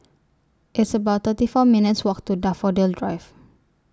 It's about thirty four minutes Walk to Daffodil Drive